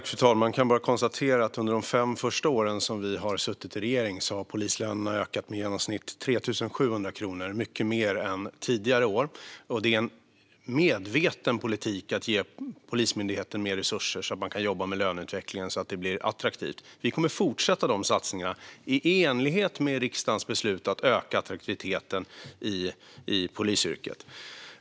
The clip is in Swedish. Fru talman! Jag kan bara konstatera att under de fem första år som vi har suttit i regering har polislönerna ökat med i genomsnitt 3 700 kronor. Det är mycket mer än tidigare år. Det är en medveten politik att ge Polismyndigheten mer resurser så att man kan jobba med löneutvecklingen och göra yrket attraktivt. Vi kommer att fortsätta med dessa satsningar i enlighet med riksdagens beslut att öka attraktiviteten i polisyrket.